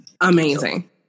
amazing